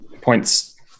points